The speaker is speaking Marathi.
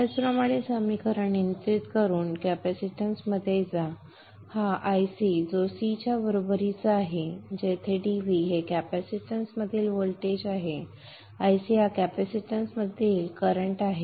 त्याचप्रमाणे समीकरण नियंत्रित करून कॅपेसिटन्समध्ये हा Ic जो C च्या बरोबरीचा आहे जेथे dv हे कॅपॅसिटन्समधील व्होल्टेज आहे Ic हा कॅपॅसिटन्समधील करंट आहे